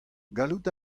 gallout